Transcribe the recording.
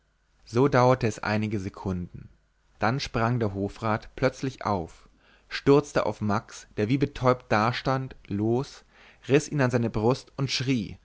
so dauerte es einige sekunden dann sprang der hofrat plötzlich auf stürzte auf max der wie betäubt dastand los riß ihn an seine brust und schrie